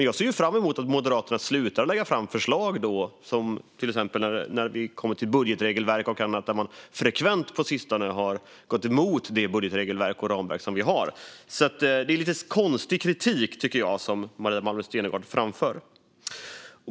Jag ser fram emot att Moderaterna då slutar lägga fram förslag, till exempel när det gäller budgetregelverk och annat, där man på sistone frekvent har gått emot de budgetregelverk och ramverk som vi har. Det är, tycker jag, lite konstig kritik som Maria Malmer Stenergard framför.